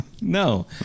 No